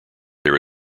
there